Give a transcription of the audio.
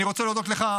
אני רוצה להודות לך,